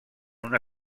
una